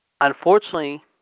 Unfortunately